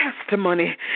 testimony